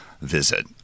visit